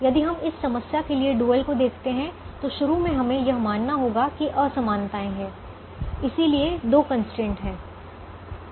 यदि हम इस समस्या के लिए डुअल को लिखते हैं तो शुरू में हमें यह मानना होगा कि असमानताएँ है इसीलिए 2 कंस्ट्रेंट है